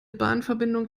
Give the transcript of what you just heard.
bahnverbindung